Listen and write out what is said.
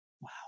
Wow